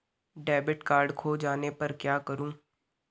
Debit card खो जाने पर क्या करूँ?